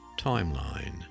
Timeline